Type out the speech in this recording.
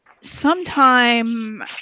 sometime